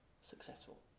successful